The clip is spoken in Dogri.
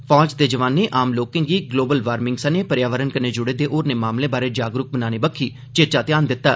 फौज दे जवानें आम लोकें गी ग्लोबल वार्मिंग सने पर्यावरण कन्नै जुड़े दे होरनें मामलें बारै जागरूक बनाने बक्खी चेचा ध्यान दित्ता